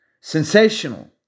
sensational